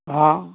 હાં